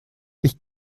ich